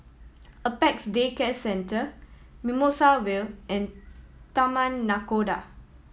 Apex Day Care Centre Mimosa Vale and Taman Nakhoda